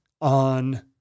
on